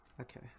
Okay